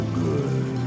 good